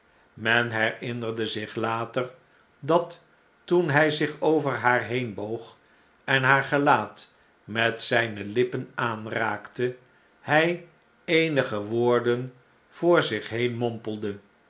men herinnerde zich later dat toen hij zich over haar heen boog en haar gelaat met zijne lippen aanraakte hjj eenige woorden voor zich heen